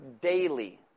daily